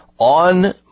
on